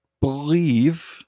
believe